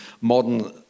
modern